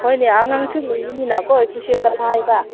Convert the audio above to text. ꯍꯣꯏꯅꯦ ꯑꯉꯥꯡꯁꯨ ꯂꯩꯕꯅꯤꯅ ꯀꯣ ꯑꯩꯈꯣꯏꯁꯨ ꯀꯗꯥꯏꯗ